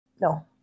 No